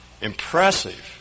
impressive